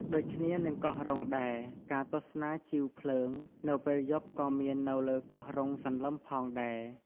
ដូចគ្នានឹងកោះរ៉ុងដែរ ការទស្សនាជីវភ្លើង នៅពេលយប់ក៏មាននៅលើកោះរ៉ុងសន្លឹមផងដែរ។